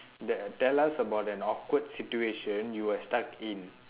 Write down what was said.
tell us about an awkward situation you were stuck in